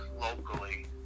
locally